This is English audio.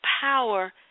power